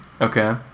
okay